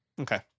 Okay